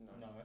No